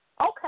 okay